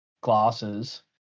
glasses